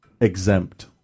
exempt